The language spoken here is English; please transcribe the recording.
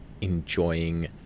enjoying